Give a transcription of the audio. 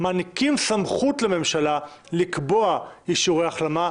מעניקים סמכות לממשלה לקבוע אישורי החלמה,